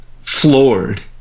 floored